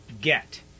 get